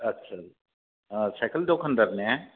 आदसा साइखेल दखानदार ने